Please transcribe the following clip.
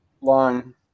long